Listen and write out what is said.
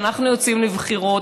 שאנחנו יוצאים לבחירות,